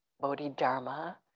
Bodhidharma